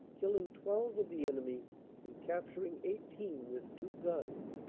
killing twelve of the enemy and capturing eighteen with two guns.